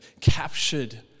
captured